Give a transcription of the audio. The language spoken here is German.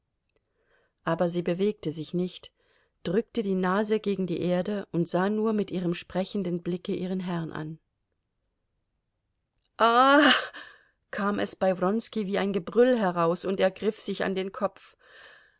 aber sie bewegte sich nicht drückte die nase gegen die erde und sah nur mit ihrem sprechenden blicke ihren herrn an aaah kam es bei wronski wie ein gebrüll heraus und er griff sich an den kopf